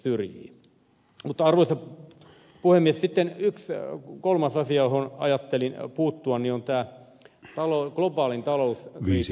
mutta arvoisa puhemies sitten kolmas osio johon ajattelin puuttua on tämä globaali talouskriisi